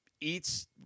eats